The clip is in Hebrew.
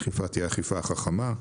האכיפה תהיה אכיפה חכמה,